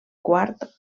quart